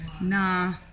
nah